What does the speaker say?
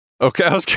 Okay